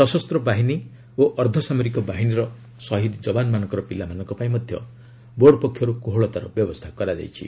ସଶସ୍ତ ବାହିନୀ ଓ ଅର୍ଦ୍ଧସାମରିକ ବାହିନୀର ସହିଦ ଯବାନମାନଙ୍କର ପିଲାମାନଙ୍କ ପାଇଁ ମଧ୍ୟ ବୋର୍ଡ ପକ୍ଷର୍ କୋହଳତାର ବ୍ୟବସ୍ଥା କରାଯାଇଛି